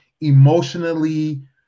emotionally